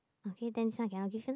okay then this one I cannot give you lah